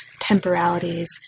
temporalities